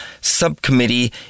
Subcommittee